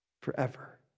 forever